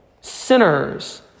sinners